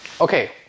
Okay